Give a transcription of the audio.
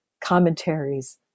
commentaries